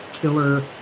Killer